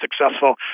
successful